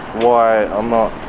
why um ah